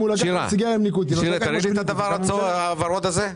תסתכל על הדבר הוורוד הזה.